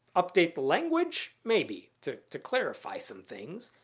update language, maybe, to to clarify some things,